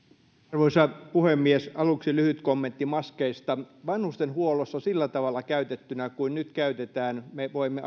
arvoisa puhemies aluksi lyhyt kommentti maskeista voimme arvioida että vanhustenhuollossa sillä tavalla maskeja käyttäen kuin nyt käytetään voimme